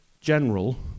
general